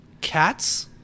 Cats